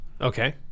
Okay